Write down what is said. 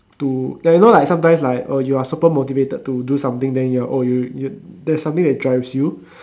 to ya you know like sometimes like oh you are super motivated to do something then you are oh you you that something that drives you